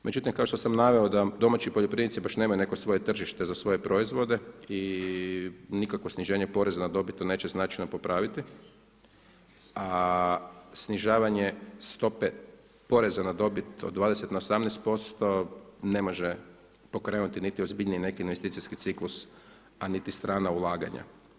Međutim, kao što sam naveo da domaći poljoprivrednici baš nemaju neko svoje tržište za svoje proizvode i nikakvo sniženje poreza na dobit to neće značajno popraviti, a snižavanje stope poreza na dobit od 20 na 18% ne može pokrenuti niti ozbiljniji neki investicijski ciklus a niti strana ulaganja.